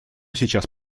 сейчас